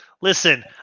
Listen